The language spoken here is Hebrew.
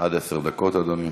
עד עשר דקות, אדוני.